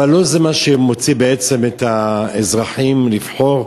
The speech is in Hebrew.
אבל לא זה מה שמוציא בעצם את האזרחים לבחור.